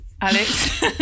Alex